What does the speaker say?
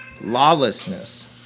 lawlessness